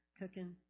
cooking